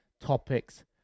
topics